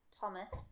Thomas